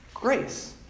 Grace